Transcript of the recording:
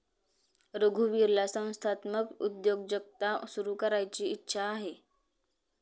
रघुवीरला संस्थात्मक उद्योजकता सुरू करायची इच्छा आहे